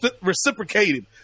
reciprocated